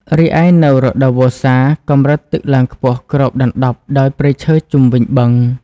រីឯ នៅរដូវវស្សា កម្រិតទឹកឡើងខ្ពស់គ្របដណ្ដប់ដោយព្រៃឈើជុំវិញបឹង។